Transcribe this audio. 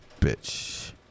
bitch